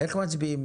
איך מצביעים?